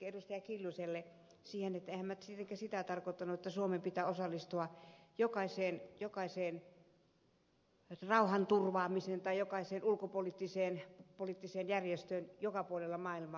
kimmo kiljuselle siihen että enhän minä tietenkään sitä tarkoittanut että suomen pitää osallistua jokaiseen rauhanturvaamiseen tai jokaiseen ulkopoliittiseen järjestöön joka puolella maailmaa